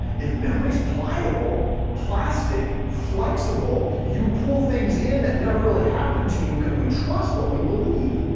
if memory's pliable, plastic, flexible, you pull things in that never really happened to you, can we trust what we believe?